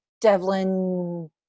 Devlin